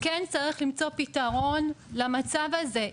כן צריך למצוא פתרון למצב הזה.